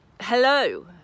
hello